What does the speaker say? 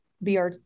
br